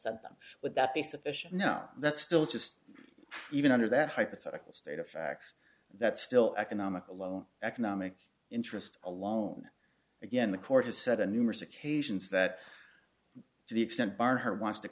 them would that be sufficient no that's still just even under that hypothetical state of facts that still economic alone economic interest alone again the court has said on numerous occasions that to the extent bar her wants to